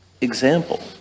example